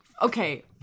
okay